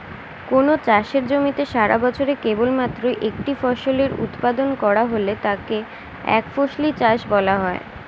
কোনও চাষের জমিতে সারাবছরে কেবলমাত্র একটি ফসলের উৎপাদন করা হলে তাকে একফসলি চাষ বলা হয়